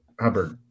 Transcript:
Hubbard